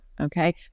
Okay